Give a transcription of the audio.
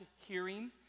hearing